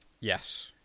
Yes